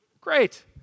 Great